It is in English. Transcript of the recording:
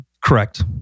Correct